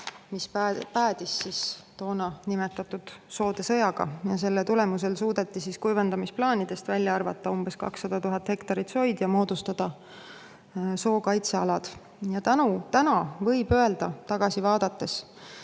mis päädis toona niinimetatud soodesõjaga. Selle tulemusel suudeti kuivendamisplaanidest välja arvata umbes 200 000 hektarit soid ja moodustada sookaitsealad. Täna võib tagasi vaadates